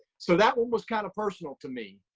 so that one was kind of personal to me.